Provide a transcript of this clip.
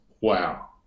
wow